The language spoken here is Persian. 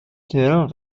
تهران